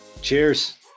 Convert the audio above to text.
cheers